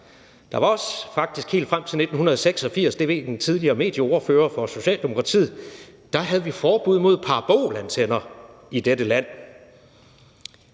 Der var faktisk også helt frem til 1986 – det ved den tidligere medieordfører for Socialdemokratiet – forbud mod parabolantenner i dette land,